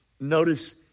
notice